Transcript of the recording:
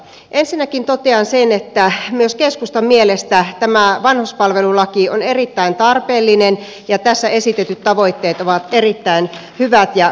ensinnäkin totean sen että myös keskustan mielestä tämä vanhuspalvelulaki on erittäin tarpeellinen ja tässä esitetyt tavoitteet ovat erittäin hyvät ja kannatettavat